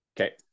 Okay